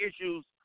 issues